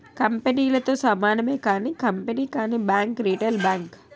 కంపెనీలతో సమానమే కానీ కంపెనీ కానీ బ్యాంక్ రిటైల్ బ్యాంక్